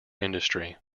industry